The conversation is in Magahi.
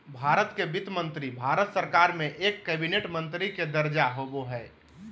भारत के वित्त मंत्री भारत सरकार में एक कैबिनेट मंत्री के दर्जा होबो हइ